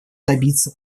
добиться